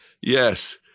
Yes